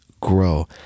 grow